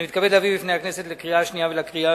אני מתכבד להביא בפני הכנסת לקריאה השנייה ולקריאה